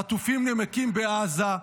חטופים נמקים בעזה,